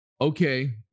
Okay